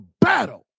battle